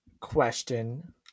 question